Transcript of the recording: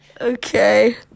okay